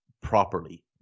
properly